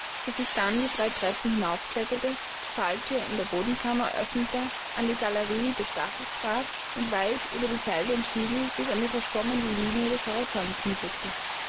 daß ich dann die drei treppen hinauf kletterte die fallthür in der bodenkammer öffnete an die galerie des daches trat und weit über felder und hügel bis an die verschwommene linie des horizonts hinblickte